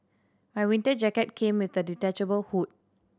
my winter jacket came with a detachable hood